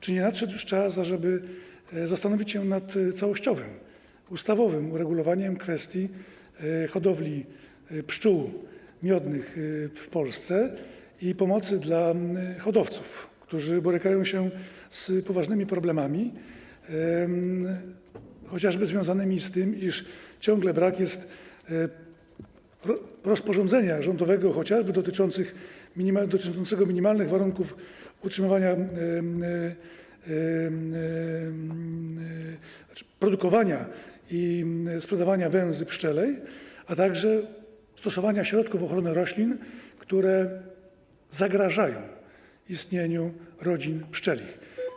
Czy nie nadszedł już czas, ażeby zastanowić się nad całościowym, ustawowym uregulowaniem kwestii hodowli pszczół miodnych w Polsce i pomocy dla hodowców, którzy borykają się z poważnymi problemami, chociażby związanymi z tym, iż ciągle brak jest rozporządzenia rządowego dotyczącego chociażby minimalnych warunków utrzymywania... produkowania i sprzedawania węzy pszczelej, a także stosowania środków ochrony roślin, które zagrażają istnieniu rodzin pszczelich?